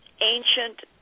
ancient